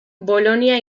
bolonia